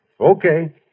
Okay